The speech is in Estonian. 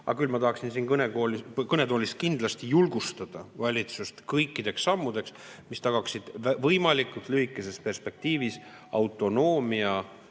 aga ma tahaksin siin kõnetoolis kindlasti julgustada valitsust kõikideks sammudeks, mis tagaksid võimalikult lühikeses perspektiivis autonoomia